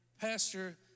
Pastor